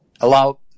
allow